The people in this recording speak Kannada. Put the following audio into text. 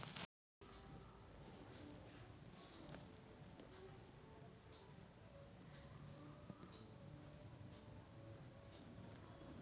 ಪೋಷಕಾಂಶಗಳ ನಿರ್ವಹಣೆ ಮಾಡ್ಲಿಲ್ಲ ಅಂದ್ರ ಅವು ಮಾನಿನೊಳಗ ಕರಗಿ ಅಂತರ್ಜಾಲಕ್ಕ ಸೇರಿ ನೇರಿನ ಮೂಲಗಳನ್ನ ಕಲುಷಿತ ಮಾಡ್ತಾವ